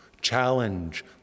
challenge